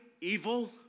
evil